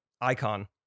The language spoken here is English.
Icon